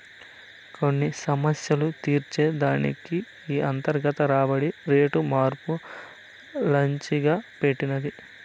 కొన్ని సమస్యలు తీర్చే దానికి ఈ అంతర్గత రాబడి రేటు మార్పు లచ్చెంగా పెట్టినది